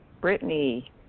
Brittany